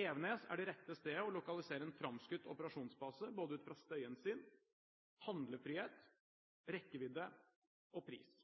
Evenes er det rette stedet å lokalisere en framskutt operasjonsbase, ut fra både støyhensyn, handlefrihet, rekkevidde og pris.